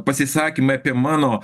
pasisakymai apie mano